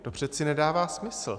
To přece nedává smysl.